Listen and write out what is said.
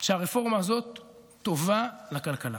שהרפורמה הזאת טובה לכלכלה.